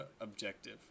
objective